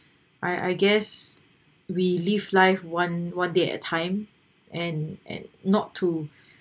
I I guess we live life one one day at a time and and not to